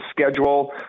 schedule